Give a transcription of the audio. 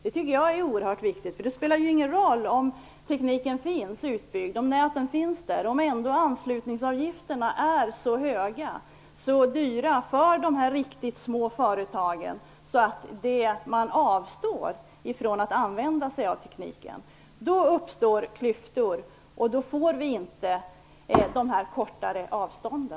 Den är oerhört viktig, för det spelar ju ingen roll om tekniken är utbyggd och näten finns, om anslutningsavgifterna för de riktigt små företagen är så höga att de avstår från att använda sig av tekniken. Då uppstår klyftor, och avstånden blir inte kortare.